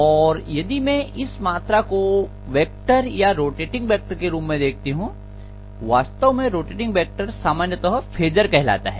अब यदि में इस मात्रा को वेक्टर या रोटेटिंग वेक्टर के रूप में देखती हूं वास्तव में रोटेटिंग वेक्टर सामान्यतः फेजर कहलाता है